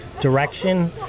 direction